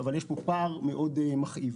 אבל יש פה פער מאוד מכאיב.